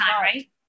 right